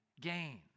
gain